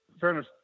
fairness